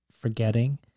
forgetting